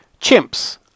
Chimps